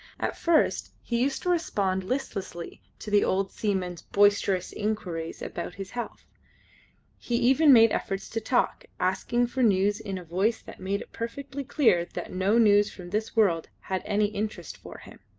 at first he used to respond listlessly to the old seaman's boisterous inquiries about his health he even made efforts to talk, asking for news in a voice that made it perfectly clear that no news from this world had any interest for him.